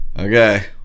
Okay